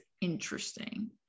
interesting